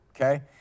okay